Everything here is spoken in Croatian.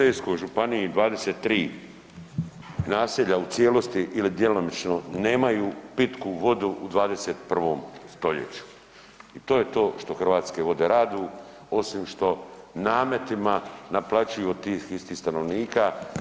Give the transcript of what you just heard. U Ličko-senjskoj županiji 23 naselja u cijelosti ili djelomično nemaju pitku vodu u 21. stoljeću i to je to što Hrvatske vode rade osim što nametima naplaćuju od tih istih stanovnika.